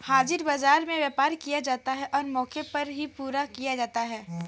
हाजिर बाजार में व्यापार किया जाता है और मौके पर ही पूरा किया जाता है